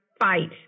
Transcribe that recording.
fight